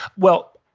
well,